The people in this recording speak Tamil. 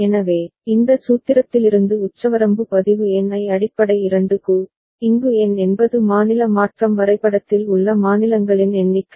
எனவே இந்த சூத்திரத்திலிருந்து உச்சவரம்பு பதிவு N ஐ அடிப்படை 2 க்கு இங்கு N என்பது மாநில மாற்றம் வரைபடத்தில் உள்ள மாநிலங்களின் எண்ணிக்கை